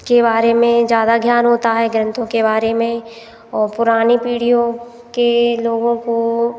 के बारे में ज़्यादा ज्ञान होता है ग्रंथों के बारे में और पुरानी पीढ़ियों के लोगों को